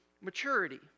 maturity